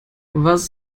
was